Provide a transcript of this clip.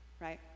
right